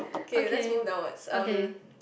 okay let's move downwards um